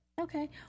Okay